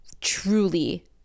truly